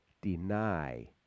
Deny